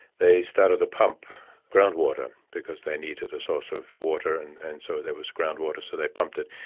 they started to pump groundwater, because they needed a source of water, and and so that was groundwater, so they pumped it.